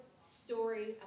story